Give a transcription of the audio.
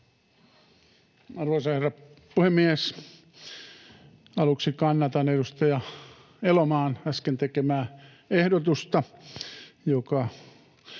Arvoisa herra puhemies! Aluksi kannatan edustaja Elomaan äsken tekemää ehdotusta, joka